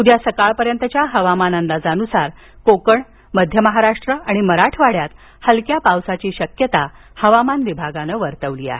उद्या सकाळपर्यंतच्या हवामान अंदाजानूसार कोकण मध्य महाराष्ट्र आणि मराठवाड्यात हलक्या पावसाची शक्यता हवामान विभागानं वर्तवली आहे